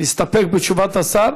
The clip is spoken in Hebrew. להסתפק בתשובת השר?